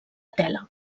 tela